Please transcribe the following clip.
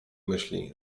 myśli